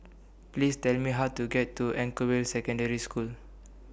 Please Tell Me How to get to Anchorvale Secondary School